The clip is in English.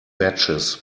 batches